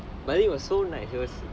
but then it was so like he was